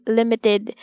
limited